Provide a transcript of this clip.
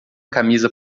camisa